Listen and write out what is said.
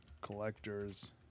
Collector's